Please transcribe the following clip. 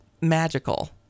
magical